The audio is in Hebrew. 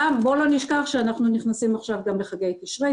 בואו לא נשכח שאנחנו נכנסים עכשיו גם לחגי תשרי,